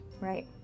Right